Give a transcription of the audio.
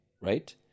right